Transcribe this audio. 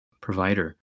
provider